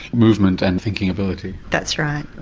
movement and thinking ability. that's right.